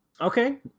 Okay